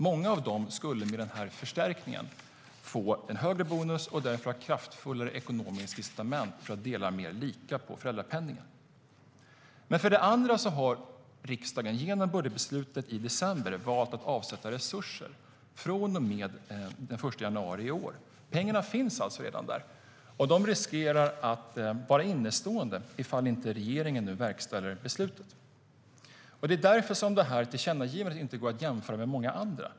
Många av dem skulle med den här förstärkningen få högre bonus och därmed ha starkare ekonomiska incitament för att dela mer lika på föräldrapenningen. Det är därför som det här tillkännagivandet inte går att jämföra med många andra.